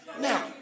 Now